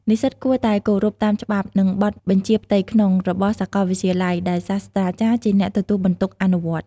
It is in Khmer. និស្សិតគួរតែ គោរពតាមច្បាប់ និងបទបញ្ជាផ្ទៃក្នុង របស់សាកលវិទ្យាល័យ ដែលសាស្រ្តាចារ្យជាអ្នកទទួលបន្ទុកអនុវត្ត។